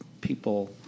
people